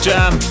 Jam